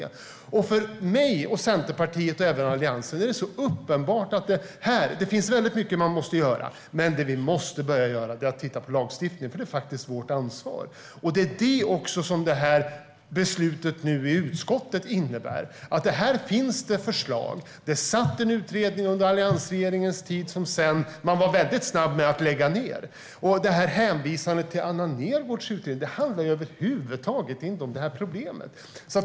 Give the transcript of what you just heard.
Det finns mycket man måste göra, men för mig och Centerpartiet och även Alliansen är det uppenbart att det vi måste börja göra är att titta på lagstiftningen, för det är faktiskt vårt ansvar. Det är det som det här beslutet i utskottet nu innebär. Här finns förslag. Det pågick en utredning under alliansregeringens tid som man sedan var snabb med att lägga ned. Man hänvisar nu till Anna Nergårdhs utredning, men den handlar över huvud taget inte om det här problemet.